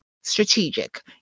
strategic